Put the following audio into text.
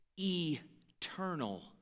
eternal